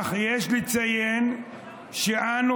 אך יש לציין שאנו